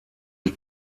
die